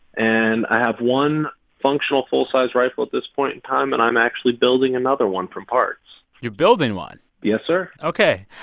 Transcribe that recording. and i have one functional full-sized rifle at this point in time. and i'm actually building another one from parts you're building one yes, sir ok.